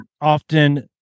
often